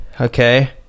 okay